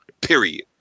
Period